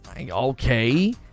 Okay